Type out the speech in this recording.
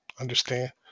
understand